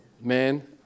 Man